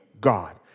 God